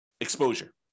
exposure